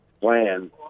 plan